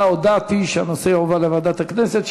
הודעתי שהנושא יועבר לוועדת הכנסת,